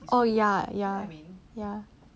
oh ya ya ya